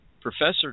professor